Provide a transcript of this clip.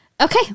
okay